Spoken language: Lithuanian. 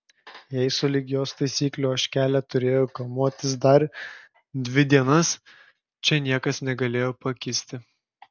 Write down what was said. jei sulig jos taisyklių ožkelė turėjo kamuotis dar dvi dienas čia niekas negalėjo pakisti